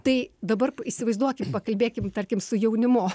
tai dabar įsivaizduokit pakalbėkim tarkim su jaunimu